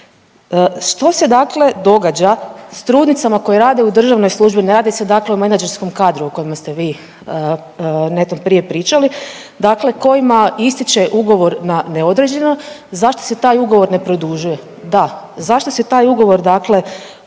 Što se dakle događa s trudnicama koje rade u državnoj službi, ne radi se dakle o menadžerskom kadru o kojima ste vi netom prije pričali, dakle kojima ističe ugovor na neodređeno, zašto se taj ugovor ne produžuje. Da, zašto se taj ugovor dakle